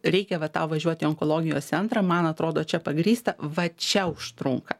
reikia va tau važiuot į onkologijos centrą man atrodo čia pagrįsta va čia užtrunka